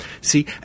See